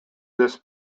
this